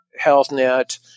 HealthNet